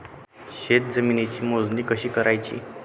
शेत जमिनीची मोजणी कशी करायची?